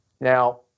Now